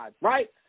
right